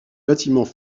bâtiments